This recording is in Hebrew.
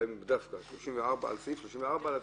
האם היא חוזרת על סעיף 34(א)?